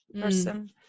person